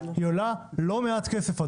היא עולה לא מעט כסף,